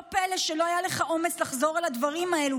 לא פלא שלא היה לך אומץ לחזור על הדברים האלו